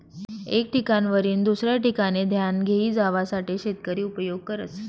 एक ठिकाणवरीन दुसऱ्या ठिकाने धान्य घेई जावासाठे शेतकरी उपयोग करस